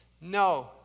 No